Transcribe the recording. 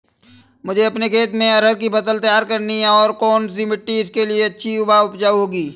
मुझे अपने खेत में अरहर की फसल तैयार करनी है और कौन सी मिट्टी इसके लिए अच्छी व उपजाऊ होगी?